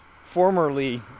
formerly